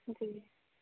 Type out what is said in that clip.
جی